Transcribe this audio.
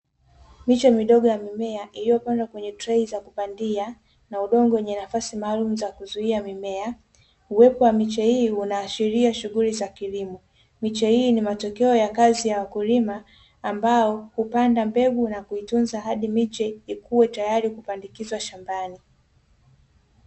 Miche midogo ya mimea iliyopandwa kwenye trei za kupandia na udongo wenye nafasi maalumu za kuzuia mimea, uwepo wa miche hii unaashiria shughuli za kilimo. Miche hii ni matokeo ya kazi ya wakulima ambao hupanda mbegu na kuitunza hadi miche ikue tayari kupandikizwa shambani.